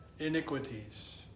Iniquities